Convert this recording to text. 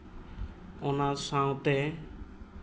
ᱚᱱᱟ ᱥᱟᱶᱛᱮ